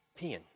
peeing